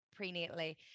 prenatally